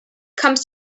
comes